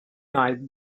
night